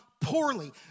poorly